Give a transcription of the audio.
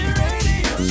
radio